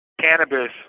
cannabis